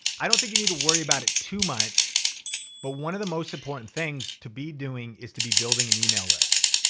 i don't think you need to worry about it too much but one of the most important things to be doing is to be building an email list.